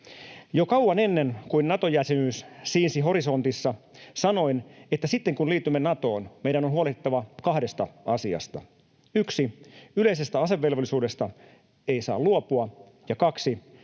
Jo kauan ennen kuin Nato-jäsenyys siinsi horisontissa sanoin, että sitten kun liitymme Natoon, meidän on huolehdittava kahdesta asiasta: 1) yleisestä asevelvollisuudesta ei saa luopua, ja 2)